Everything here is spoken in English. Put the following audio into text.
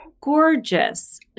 gorgeous